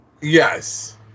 Yes